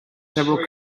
several